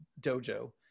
dojo